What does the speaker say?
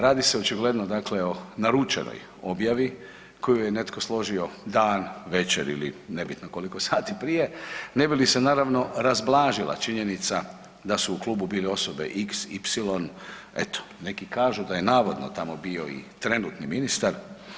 Radi se očigledno dakle o naručenoj objavi koju je netko složio dan, večer ili nebitno koliko sati prije ne bi li se naravno razblažila činjenica da su u klubu bile osobe xy, eto neki kažu da je navodno tamo bio i trenutni ministar.